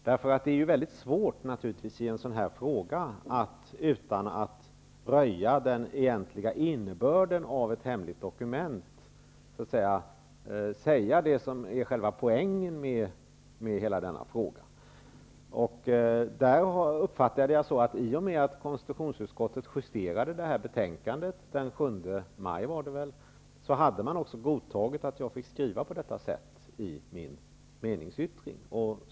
Det är naturligtvis mycket svårt att i en sådan fråga säga det som är själva poängen i hela denna fråga utan att röja den egentliga innebörden i ett hemligt dokument. Jag uppfattade det emellertid på ett sådant sätt att i och med att konstitutionsutskottet justerade detta betänkande den 7 maj, tror jag, hade man också godtagit att jag skrev på detta sätt i min meningsyttring.